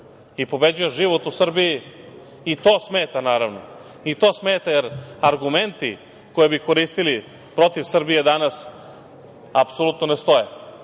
Pobeđuje život u Srbiji i to smeta naravno. To smeta, jer argumenti koje bi koristili protiv Srbije danas apsolutno ne stoje.